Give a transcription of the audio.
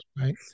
right